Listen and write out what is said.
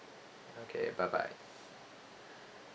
okay bye bye